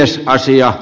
osa naisia